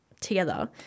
together